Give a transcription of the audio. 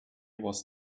was